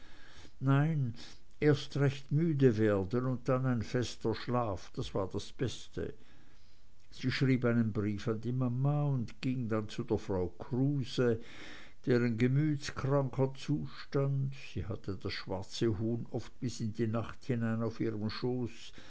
nein erst recht müde werden und dann ein fester schlaf das war das beste sie schrieb einen brief an die mama und ging dann zu frau kruse deren gemütskranker zustand sie hatte das schwarze huhn oft bis in die nacht hinein auf ihrem schoß